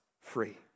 free